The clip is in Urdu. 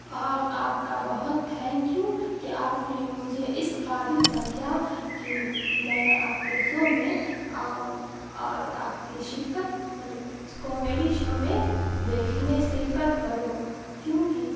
اور آپ کا بہت تھینک یو کہ آپ نے مجھے اس قابل سمجھا کہ میں آپ کے سو میں آؤں اور آپ کی شرکت مطلب کومیڈی شو میں دیکھنے شرکت کروں کیوںکہ